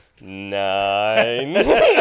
Nine